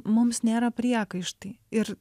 mums nėra priekaištai ir